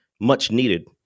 much-needed